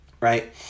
right